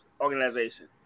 organization